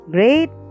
Great